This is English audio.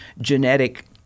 genetic